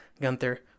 Gunther